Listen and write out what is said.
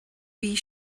bhí